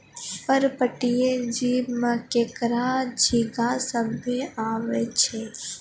पर्पटीय जीव में केकड़ा, झींगा सभ्भे आवै छै